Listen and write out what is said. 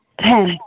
Ten